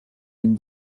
une